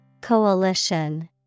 Coalition